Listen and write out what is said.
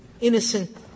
innocent-